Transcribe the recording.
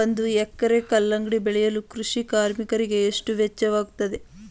ಒಂದು ಎಕರೆ ಕಲ್ಲಂಗಡಿ ಬೆಳೆಯಲು ಕೃಷಿ ಕಾರ್ಮಿಕರಿಗೆ ಎಷ್ಟು ವೆಚ್ಚವಾಗುತ್ತದೆ?